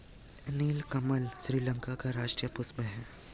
नीलकमल श्रीलंका का राष्ट्रीय पुष्प है